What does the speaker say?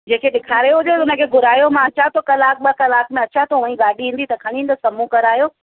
जंहिंखे ॾेखारियो हुजे उन खे घुरायो मां अचां थो कलाकु ॿ कलाक में अचां थो हुंअ ई गाॾी ईंदी त खणी ईंदुसि साम्हूं करायो